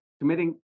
committing